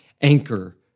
anchor